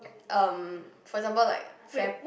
um for example like fair